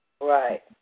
Right